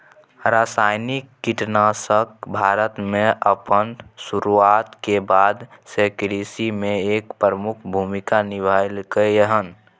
रासायनिक कीटनाशक भारत में अपन शुरुआत के बाद से कृषि में एक प्रमुख भूमिका निभलकय हन